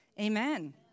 Amen